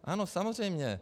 Ano, samozřejmě.